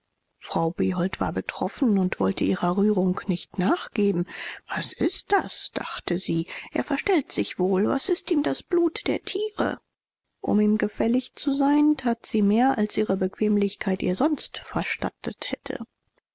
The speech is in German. frau behold war betroffen und wollte ihrer rührung nicht nachgeben was ist das dachte sie er verstellt sich wohl was ist ihm das blut der tiere um ihm gefällig zu sein tat sie mehr als ihre bequemlichkeit ihr sonst verstattet hätte